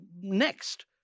next